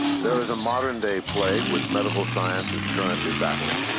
there is a modern-day plague which medical science is currently battling.